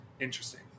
interesting